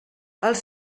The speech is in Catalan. els